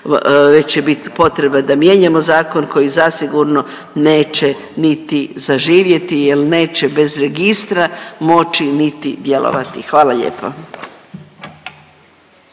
već će bit potreba da mijenjamo zakon koji zasigurno neće niti zaživjeti jer neće bez registra moći niti djelovati. Hvala lijepo.